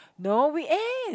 no weekend